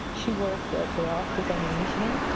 she works ah for elspeth's only in michigan.